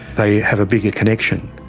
i have a bigger connection.